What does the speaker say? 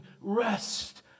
rest